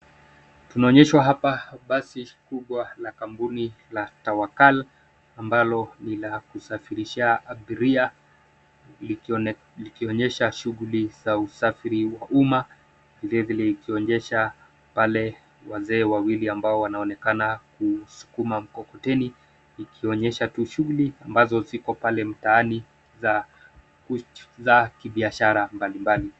Tunaonyeshwa hapa basi kikubwa na kampuni la tawakal ambalo ni la kusafirisha abiria likionyesha shughuli za usafiri wa umma vile vile ikionyesha pale wazee wawili ambao wanaonekana kusukuma mkokoteni ikionyesha tu shughuli ambazo ziko pale mtaani za kibiashara mbalimbali.